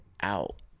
out